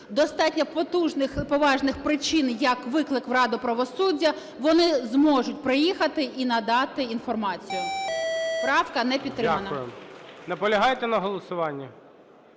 достатньо потужних і поважних причин, як виклик в раду правосуддя, вони зможуть приїхати і надати інформацію. Правка не підтримана. ГОЛОВУЮЧИЙ. Дякую. Наполягаєте на голосуванні?